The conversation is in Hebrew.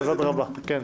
2019,